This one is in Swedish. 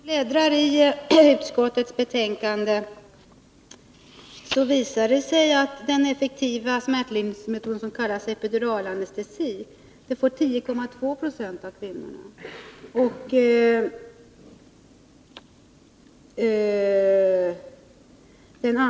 Herr talman! Jag läser i utskottsbetänkandet och kan konstatera att enligt den utredning som socialstyrelsen har gjort har den effektiva smärtlindringsmetod som kallas epiduralanestesi använts på 10,2 Zo av kvinnorna.